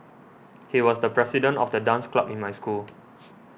he was the president of the dance club in my school